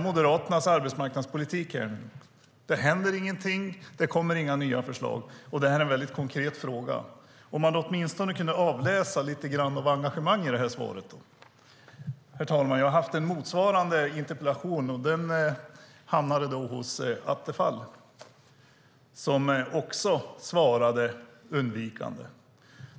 Moderaternas arbetsmarknadspolitik i det här - det händer ingenting, och det kommer inga nya förslag. Det här är ändå en väldigt konkret fråga. Tänk om man åtminstone kunde utläsa lite engagemang i svaret! Herr talman! Jag har ställt en motsvarande interpellation som hamnade hos Attefall. Han svarade också undvikande.